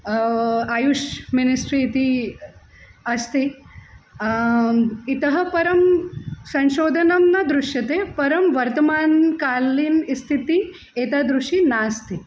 Ayush ministry इति अस्ति इतः परं संशोधनं न दृश्यते परं वर्तमान् कालीनस्थितिः एतादृशी नास्ति